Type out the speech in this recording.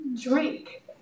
drink